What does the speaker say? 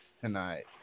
tonight